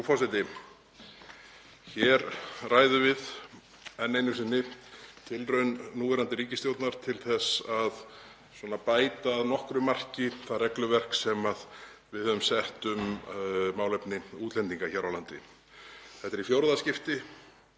Frú forseti. Við ræðum hér enn einu sinni tilraun núverandi ríkisstjórnar til þess að bæta að nokkru marki það regluverk sem við höfum sett um málefni útlendinga hér á landi. Þetta er í fimmta skiptið